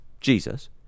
Jesus